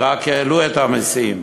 ורק העלו את המסים.